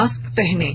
mask पहनें